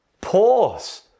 Pause